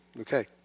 Okay